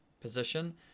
position